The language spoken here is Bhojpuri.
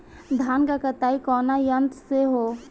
धान क कटाई कउना यंत्र से हो?